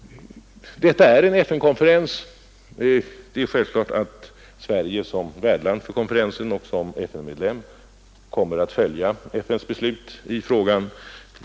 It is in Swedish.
Detta är en FN-konferens, och det är självklart att Sverige som värdland för konferensen och som FN-medlem kommer att följa FN:s beslut i frågan.